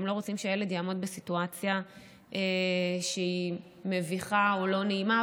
הם לא רוצים שהילד יעמוד בסיטואציה מביכה או לא נעימה,